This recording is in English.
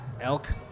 Elk